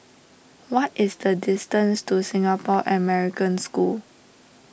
what is the distance to Singapore American School